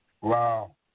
Wow